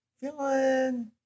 Feeling